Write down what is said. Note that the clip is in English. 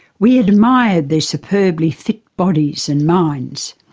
we admired their superbly fit bodiesand minds.